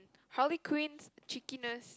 Harley-Quinn's cheekiness